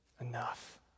enough